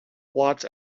blots